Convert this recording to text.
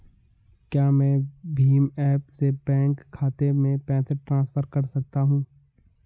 क्या मैं भीम ऐप से बैंक खाते में पैसे ट्रांसफर कर सकता हूँ?